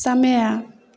समय